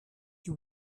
you